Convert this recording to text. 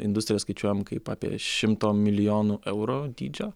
industriją skaičiuojam kaip apie šimto milijonų eurų dydžio